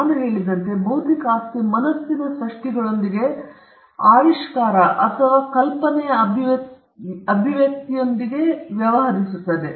ನಾನು ಹೇಳಿದಂತೆ ಬೌದ್ಧಿಕ ಆಸ್ತಿ ಮನಸ್ಸಿನ ಸೃಷ್ಟಿಗಳೊಂದಿಗೆ ಆವಿಷ್ಕಾರ ಅಥವಾ ಕಲ್ಪನೆ ಅಥವಾ ಕಲ್ಪನೆಯ ಅಭಿವ್ಯಕ್ತಿಯೊಂದಿಗೆ ವ್ಯವಹರಿಸುತ್ತದೆ